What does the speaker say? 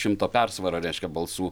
šimto persvara reiškia balsų